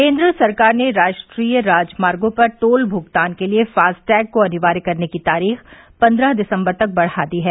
केन्द्र सरकार ने राष्ट्रीय राजमार्गो पर टोल भूगतान के लिए फास्टैग को अनिवार्य करने की तारीख पन्द्रह दिसम्बर तक बढ़ा दी है